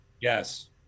Yes